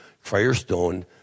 Firestone